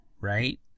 right